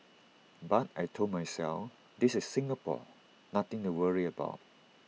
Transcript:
but I Told myself this is Singapore nothing to worry about